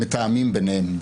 מתאמים ביניהם.